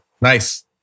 nice